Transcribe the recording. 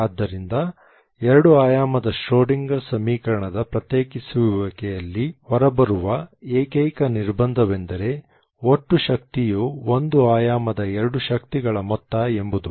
ಆದ್ದರಿಂದ ಎರಡು ಆಯಾಮದ ಶ್ರೋಡಿಂಗರ್ ಸಮೀಕರಣದ ಪ್ರತ್ಯೇಕಿಸುವಿಕೆಯಲ್ಲಿ ಹೊರಬರುವ ಏಕೈಕ ನಿರ್ಬಂಧವೆಂದರೆ ಒಟ್ಟು ಶಕ್ತಿಯು ಒಂದು ಆಯಾಮದ ಎರಡು ಶಕ್ತಿಗಳ ಮೊತ್ತ ಎಂಬುದು